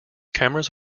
cameras